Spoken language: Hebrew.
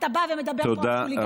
אתה בא ומדבר פה על חוליגניות.